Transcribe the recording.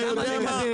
אתה יודע מה?